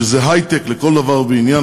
שזה היי-טק לכל דבר ועניין,